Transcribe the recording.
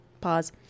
Pause